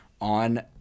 on